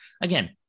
again